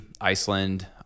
Iceland